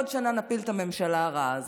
בעוד שנה נפיל את הממשלה הרעה הזאת,